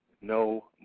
no